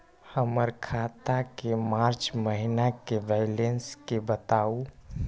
हमर खाता के मार्च महीने के बैलेंस के बताऊ?